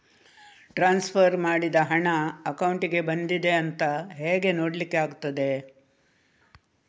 Transfer ಮಾಡಿದ ಹಣ ಅಕೌಂಟಿಗೆ ಬಂದಿದೆ ಅಂತ ಹೇಗೆ ನೋಡ್ಲಿಕ್ಕೆ ಆಗ್ತದೆ?